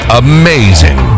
amazing